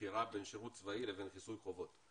בחירה בין שירות צבאי לבין חיסול חובות,